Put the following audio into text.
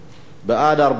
הרווחה והבריאות נתקבלה.